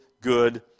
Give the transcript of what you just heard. good